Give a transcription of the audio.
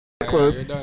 close